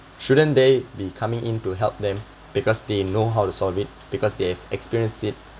shouldn't they be coming in to help them because they know how to solve it because they have experienced it